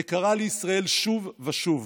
זה קרה לישראל שוב ושוב,